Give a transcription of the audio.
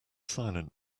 silent